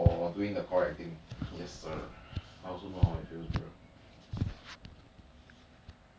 I mean aku babysit them aku don't want to lose game I'm pretty sure you probably will never lose lane one unless you kena gang